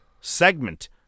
segment